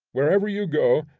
wherever you go,